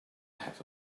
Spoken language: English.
have